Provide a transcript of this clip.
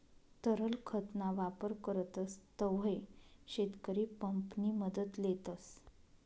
तरल खत ना वापर करतस तव्हय शेतकरी पंप नि मदत लेतस